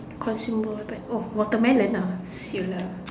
consumer apa eh oh watermelon lah [siol] lah